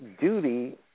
Duty